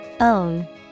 Own